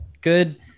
good